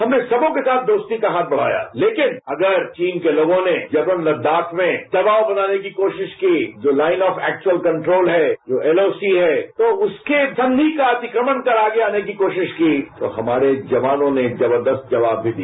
हमने सदो के साथ दोस्ती का राथ बढ़ाया लेकिन अगर चीन के लोगो ने लेकिन अगर चीन के लोगों ने जबरन लद्दाख में दबाव बनाने की कोशिक की जो लाइन ऑफ एक्व्यूअल कन्ट्रोल है जो एल ओ सी है तो उसके संधि का अतिक्रमण कर आगे आने की कोशिश की तो हमारे जवानों ने जबरदस्त जवाब भी दिया